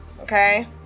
Okay